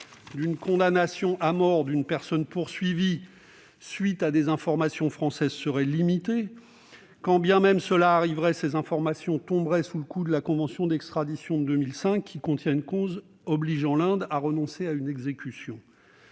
d'une condamnation à mort d'une personne poursuivie du fait de la transmission d'informations françaises seraient limités. Quand bien même cela arriverait, ces informations tomberaient sous le coup de la convention d'extradition de 2005, qui contient une clause obligeant l'Inde à renoncer à une exécution.